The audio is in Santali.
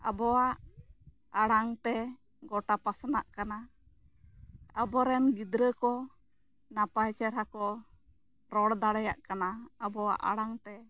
ᱟᱵᱚᱣᱟᱜ ᱟᱲᱟᱝ ᱛᱮ ᱜᱚᱴᱟ ᱯᱟᱥᱱᱟᱜ ᱠᱟᱱᱟ ᱟᱵᱚ ᱨᱮᱱ ᱜᱤᱫᱽᱨᱟᱹ ᱠᱚ ᱱᱟᱯᱟᱭ ᱪᱮᱦᱨᱟ ᱠᱚ ᱨᱚᱲ ᱫᱟᱲᱮᱭᱟᱜ ᱠᱟᱱᱟ ᱟᱵᱚᱣᱟᱜ ᱟᱲᱟᱝ ᱛᱮ